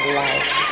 life